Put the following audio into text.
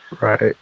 Right